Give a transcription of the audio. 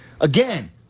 Again